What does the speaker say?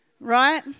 right